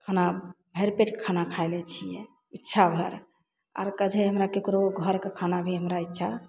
खाना भरि पेट खाना खाय लै छियै इच्छा भरि आर हमरा ककरो घरके खाना भी हमरा अच्छा